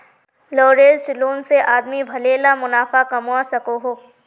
leveraged loan से आदमी भले ला मुनाफ़ा कमवा सकोहो